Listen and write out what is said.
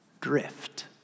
Drift